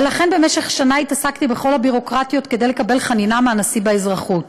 ולכן במשך שנה התעסקתי בכל הביורוקרטיות כדי לקבל חנינה מהנשיא באזרחות.